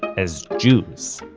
as jews.